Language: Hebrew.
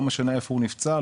לא משנה איפה הוא נפצע,